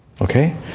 okay